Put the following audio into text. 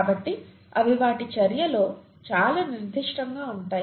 కాబట్టి అవి వాటి చర్యలో చాలా నిర్దిష్టంగా ఉంటాయి